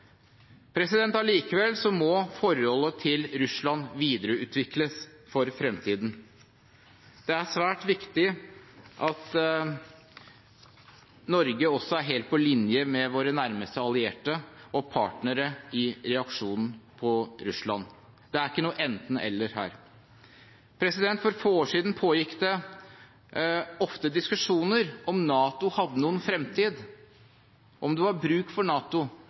partnere i reaksjonen på Russland. Det er ikke noe enten - eller her. For få år siden pågikk det ofte diskusjoner om NATO hadde noen fremtid, om det var bruk for NATO,